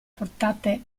portare